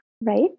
right